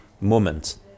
moment